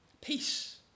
peace